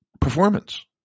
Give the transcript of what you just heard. performance